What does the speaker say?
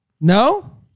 no